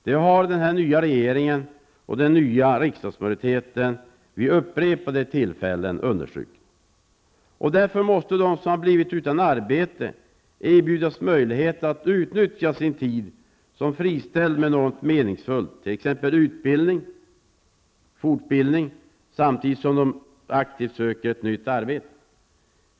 Det har den nya regeringen och den nya riksdagsmajoriteten vid upprepade tillfällen understrukit. Därför måste de som blivit utan arbete erbjudas möjligheter att utnyttja sin tid som friställda med något meningsfyllt, t.ex. utbildning, samtidigt som de aktivt söker nytt arbete.